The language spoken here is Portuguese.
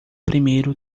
primeiro